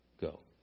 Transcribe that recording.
go